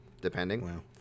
depending